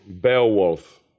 Beowulf